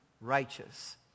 righteous